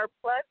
plus